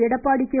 Edappadi K